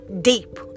deep